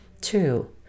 Two